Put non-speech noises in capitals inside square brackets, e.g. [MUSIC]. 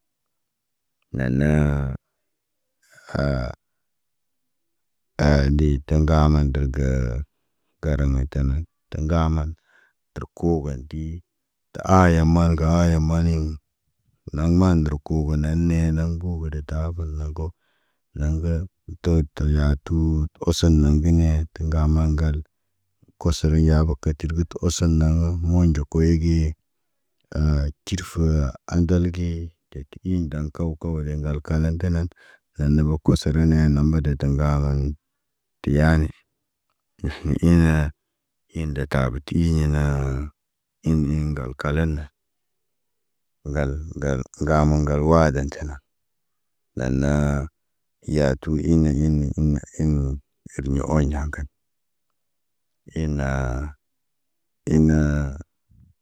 Naana, ha, tade tə ŋgama dəlgə. Garaŋg mə taman tə ŋgaman, tar koo gan ti. Ta aye malga ye maliŋg. Naŋg maandər ku ge ne nee naŋg pu gə de tabo zə ko. Naŋg kə tət yaatu osen naŋgə nee kə ŋgaman ŋgal. Kosoro yaa gə kətər gə tə oso naŋgə mɲɟo koigi. A tir fə andal gi, de te i dan kow kawolen ŋgal kalati neen. En na bokosoro nee namba de taŋga baan. Teya ne, [HESITATION] inda abo tizi ɲena. In iŋgal kala nə ŋgal ŋgal ŋgaamoŋ ŋgal waadan cala. Lanaa, yatu ine, inu, irɲõ oɲa kal. In naa, inaaa.